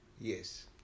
Yes